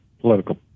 political